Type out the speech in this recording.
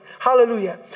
Hallelujah